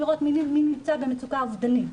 לראות מי נמצא במצוקה אובדנית.